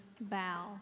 bow